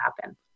happen